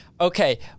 Okay